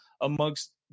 Amongst